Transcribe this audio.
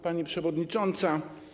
Pani Przewodnicząca!